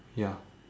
ya